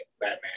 Batman